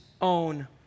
own